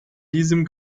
diesem